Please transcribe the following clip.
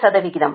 48